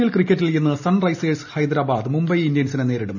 L ക്രിക്കറ്റിൽ ഇന്ന് Sunrisers Hyderabad Mumbai ഇന്ത്യൻസിനെ നേരിടും